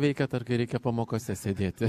veikiat ar kai reikia pamokose sėdėti